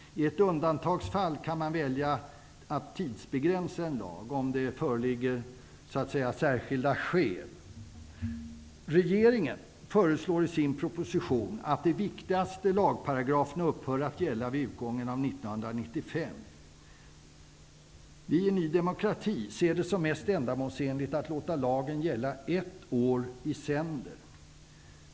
I ett undantagsfall, om särskilda skäl föreligger, kan man välja att tidsbegränsa en lag. Regeringen föreslår i sin proposition att de viktigaste lagparagraferna upphör att gälla vid utgången av 1995. Vi i Ny demokrati ser det som mest ändamålsenligt att låta lagen gälla ett år i sänder.